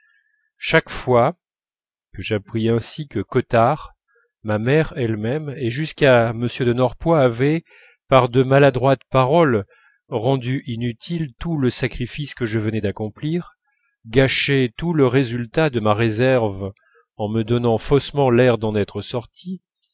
chaque fois que j'appris ainsi que cottard ma mère elle-même et jusqu'à m de norpois avaient par de maladroites paroles rendu inutile tout le sacrifice que je venais d'accomplir gâché tout le résultat de ma réserve en me donnant faussement l'air d'en être sorti